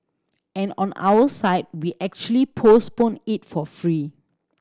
and on our side we actually postpone it for free